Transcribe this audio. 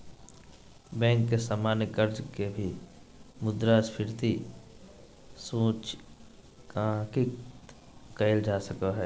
bank के सामान्य कर्ज के भी मुद्रास्फीति सूचकांकित कइल जा सको हइ